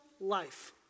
life